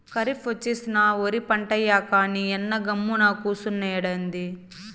కరీఫ్ ఒచ్చేసినా ఒరి పంటేయ్యక నీయన్న గమ్మున కూసున్నాడెంది